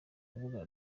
rubuga